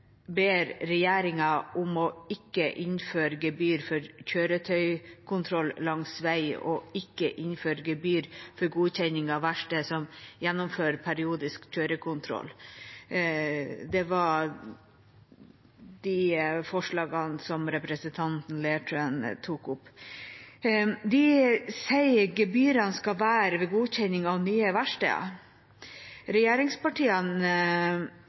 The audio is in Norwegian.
ber regjeringen om ikke å innføre gebyr for kjøretøykontroll langs vei, og forslaget om ikke å innføre gebyr for godkjenning av verksteder som gjennomfører periodisk kjøretøykontroll. Det var de forslagene som representanten Leirtrø tok opp. De sier at gebyrene skal være ved godkjenning av nye verksteder. Regjeringspartiene